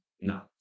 No